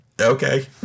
okay